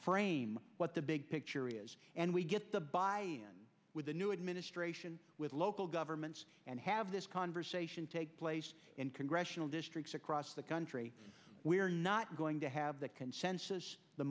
frame what the big picture is and we get the buy with the new administration with local governments and have this conversation take place in congressional districts across the country we're not going to have the consensus the